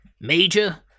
Major